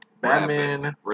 Batman